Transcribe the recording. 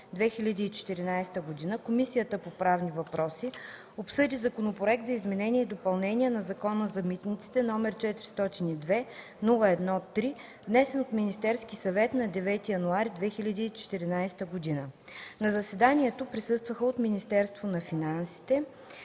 2014 г., Комисията по правни въпроси обсъди Законопроект за изменение и допълнение на Закона за митниците, № 402-01-3, внесен от Министерския съвет на 9 януари 2014 г. На заседанието присъстваха от Министерство на финансите: